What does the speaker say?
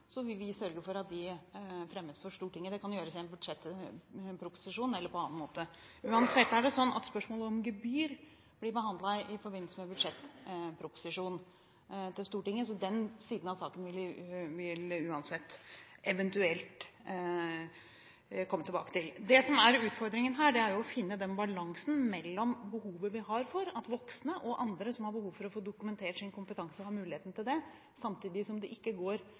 så vil vi sørge for at de fremmes for Stortinget. Det kan gjøres i en budsjettproposisjon eller på annen måte. Uansett er det slik at spørsmålet om gebyr blir behandlet i forbindelse med budsjettproposisjonen til Stortinget, så den siden av saken vil vi uansett eventuelt komme tilbake til. Det som er utfordringen her, er å finne balansen mellom behovet vi har for at voksne og andre som har behov for å få dokumentert sin kompetanse, har muligheten til det, samtidig som det ikke går